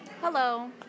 Hello